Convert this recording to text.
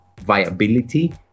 viability